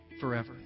forever